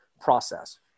process